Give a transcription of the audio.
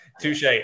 touche